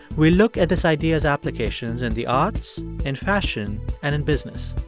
we'll look at this idea's applications in the arts, in fashion and in business.